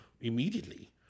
immediately